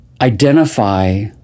identify